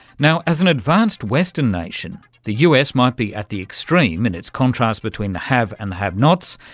now, as an advanced western nation, the us might be at the extreme in its contrast between the have and the have-nots,